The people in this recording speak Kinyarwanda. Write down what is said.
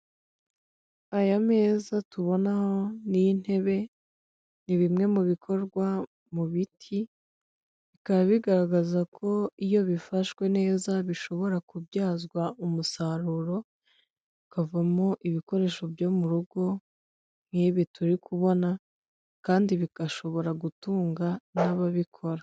Aya meza tubona n'intebe ni bimwe mu bikorwa mu biti bikaba bigaragaza ko iyo bifashwe neza bishobora kubyazwa umusaruro bikavamo ibikoresho byo mu rugo nk'ibi turi kubona, kandi bigashobora gutunga n'ababikora.